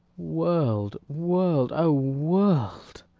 world, world, o world!